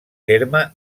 terme